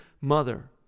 mother